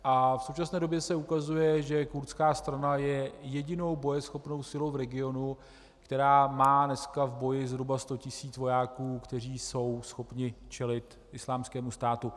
V současné době se ukazuje, že kurdská strana je jedinou bojeschopnou silou v regionu, která má dneska v boji zhruba 100 tis. vojáků, kteří jsou schopni čelit Islámskému státu.